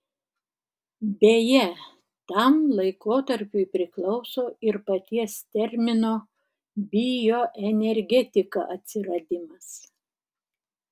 beje tam laikotarpiui priklauso ir paties termino bioenergetika atsiradimas